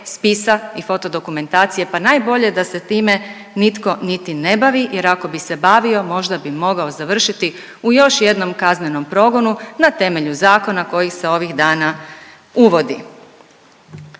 spisa i fotodokumentacije? Pa najbolje da se time nitko niti ne bavi jer ako bi se bavio možda bi mogao završiti u još jednom kaznenom progonu na temelju zakona kojih se ovih dana uvodi.